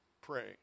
pray